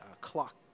clock